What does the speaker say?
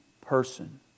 person